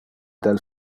del